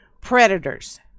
predators